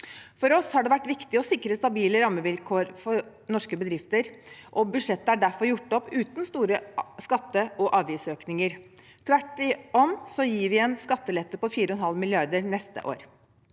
For oss har det vært viktig å sikre stabile rammevilkår for norske bedrifter, og budsjettet er derfor gjort opp uten store skatte- og avgiftsøkninger. Tvert om gir vi en skattelette på 4,5 mrd. kr neste år.